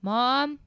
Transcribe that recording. Mom